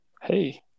Hey